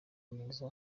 neza